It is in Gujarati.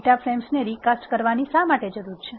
ડેટા ફ્રેમ્સને રિકાસ્ટ ની શા માટે જરૂર છે